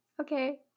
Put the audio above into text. Okay